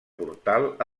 portal